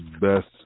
best